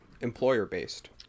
employer-based